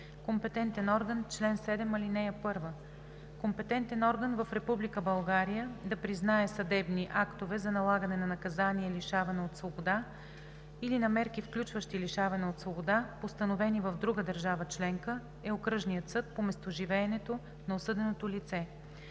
„Компетентен орган Чл. 7. (1) Компетентен орган в Република България да признае съдебни актове за налагане на наказание лишаване от свобода или на мерки, включващи лишаване от свобода, постановени в друга държава членка, е окръжният съд по местоживеенето на осъденото лице.